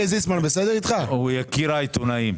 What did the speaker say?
הוא יקיר העיתונאים.